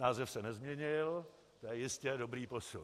Název se nezměnil, to je jistě dobrý posun.